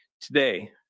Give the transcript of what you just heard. Today